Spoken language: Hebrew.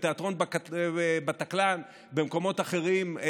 בתיאטרון בטקלאן ובמקומות אחרים,